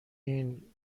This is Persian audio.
این